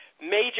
major